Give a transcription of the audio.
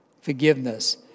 forgiveness